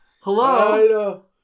hello